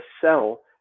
sell